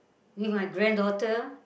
with my granddaughter